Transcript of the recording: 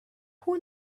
who